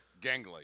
gangly